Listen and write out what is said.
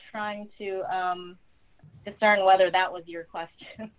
trying to discern whether that was your question